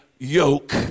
Yoke